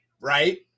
right